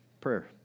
Prayer